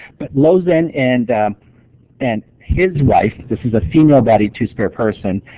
but lozen and and his wife this is a female-bodied two-spirit person